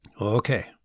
Okay